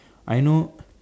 I know